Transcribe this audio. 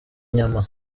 inyama